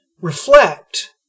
reflect